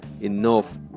enough